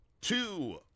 two